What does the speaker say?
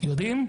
יודעים?